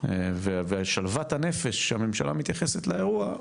ושלוות הנפש שהממשלה מתייחסת לאירוע,